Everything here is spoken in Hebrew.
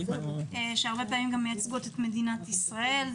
שהרבה פעמים מייצגים את מדינת ישראל,